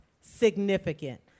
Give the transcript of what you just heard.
significant